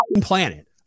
planet